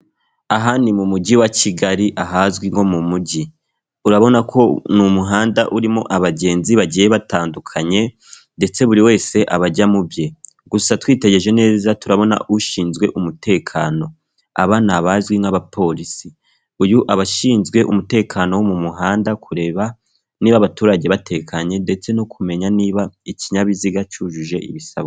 Aha ni mu mujyi wa Kigali ahazwi nko mu mujyi, urabona ko ni umuhanda urimo abagenzi bagiye batandukanye ndetse buri wese aba ajya mu bye, gusa twitegereje neza turabona ushinzwe umutekano. Aba ni abazwi nk'abapolisi. Uyu aba ashinzwe umutekano wo mu muhanda, kureba niba abaturage batekanye ndetse no kumenya niba ikinyabiziga cyujuje ibisabwa.